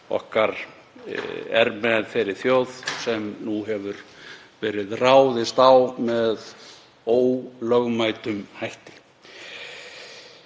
okkar er með þeirri þjóð sem nú hefur verið ráðist á með ólögmætum hætti.